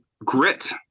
Grit